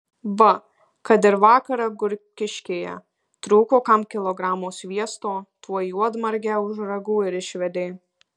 va kad ir vakar agurkiškėje trūko kam kilogramo sviesto tuoj juodmargę už ragų ir išvedė